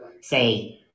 say